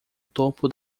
topo